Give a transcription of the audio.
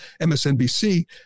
MSNBC